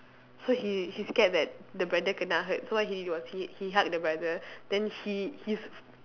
so he he scared that the brother kena hurt so he was he he hug the brother then he he's